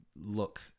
look